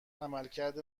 عملکرد